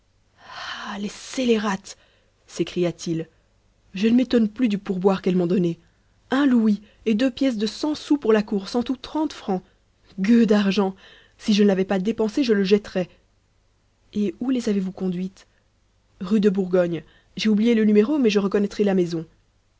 ah les scélérates s'écria-t-il je ne m'étonne plus du pourboire qu'elles m'ont donné un louis et deux pièces de cent sous pour la course en tout trente francs gueux d'argent si je ne l'avais pas dépensé je le jetterais et où les avez-vous conduites rue de bourgogne j'ai oublié le numéro mais je reconnaîtrai la maison